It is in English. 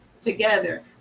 together